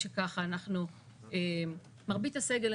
מרבית הסגל,